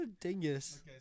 Dingus